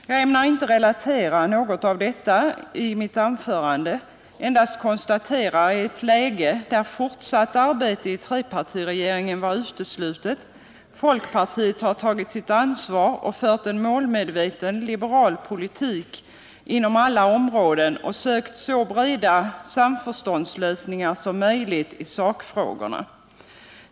Jag ämnar inte relatera något av detta i mitt anförande, endast konstatera att i ett läge där fortsatt arbete i trepartiregeringen var uteslutet har folkpartiet tagit sitt ansvar och fört en målmedveten liberal politik inom alla områden och sökt så breda samförståndslösningar som möjligt i sakfrågorna.